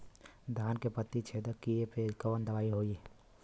धान के पत्ती छेदक कियेपे कवन दवाई होई?